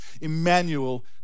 Emmanuel